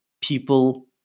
people